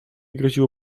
groziło